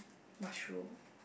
mushroom